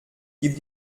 gibt